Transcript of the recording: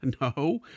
No